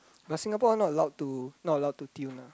but Singapore not allowed to not allowed to tune ah